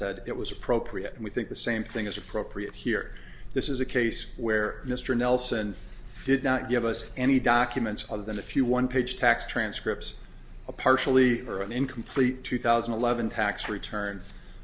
said it was appropriate and we think the same thing is appropriate here this is a case where mr nelson did not give us any documents other than a few one page tax transcripts apart early for an incomplete two thousand and eleven tax return